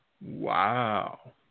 Wow